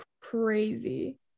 crazy